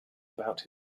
about